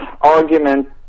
argument